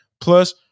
plus